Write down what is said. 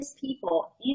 people